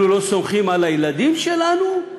אנחנו לא סומכים על הילדים שלנו?